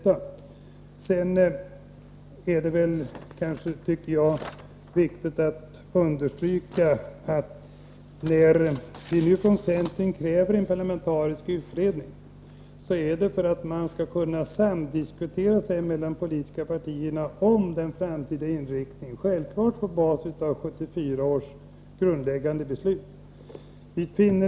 Jag anser det också viktigt att understryka att centern kräver en parlamentarisk utredning, bl.a. därför att det skall kunna föras en diskussion mellan de politiska partierna om den framtida inriktningen av kulturpolitiken, självklart på basis av 1974 års grundläggande beslut.